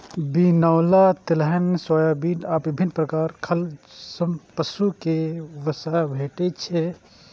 बिनौला, तिलहन, सोयाबिन आ विभिन्न प्रकार खल सं पशु कें वसा भेटै छै